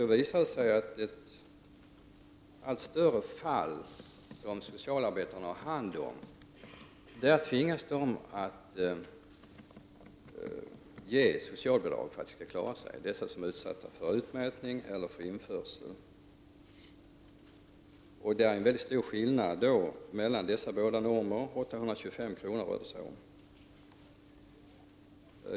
Det visar sig att socialarbetarna tvingas ge socialbidrag i ett allt större antal av de fall de har hand om för att de människor som är utsatta för utmätning och införsel skall klara sig. Det är en mycket stor skillnad mellan dessa båda normer. Det rör sig om 825 kr.